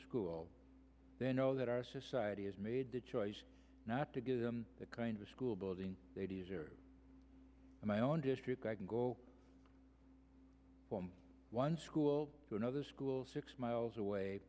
school then know that our society has made the choice not to give them the kind of school building they deserve in my own district i can go from one school to another school six miles away